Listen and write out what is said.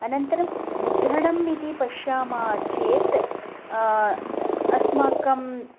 अनन्तरं मुद्रणम् इति पश्यामः चेत् अस्माकम्